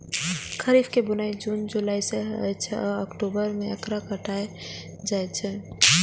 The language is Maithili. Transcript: खरीफ के बुआई जुन जुलाई मे होइ छै आ अक्टूबर मे एकरा काटल जाइ छै